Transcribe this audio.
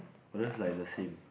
orh that's like the same